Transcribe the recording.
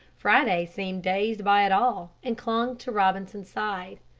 friday seemed dazed by it all and clung to robinson's side.